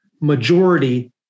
majority